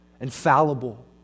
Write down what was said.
infallible